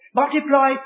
Multiply